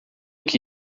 que